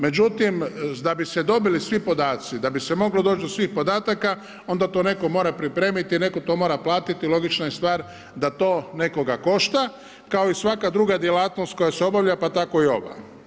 Međutim, da bi se dobili svi podaci, da bi se moglo doći do svih podataka, onda to netko mora pripremiti, netko tko mora platiti i logična je stvar da to nekoga košta, kao i svaka druga djelatnost, koja se obavlja, pa tako i ova.